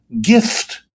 gift